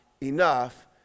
enough